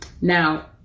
Now